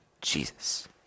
Jesus